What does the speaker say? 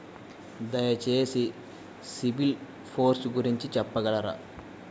దయచేసి సిబిల్ స్కోర్ గురించి చెప్పగలరా?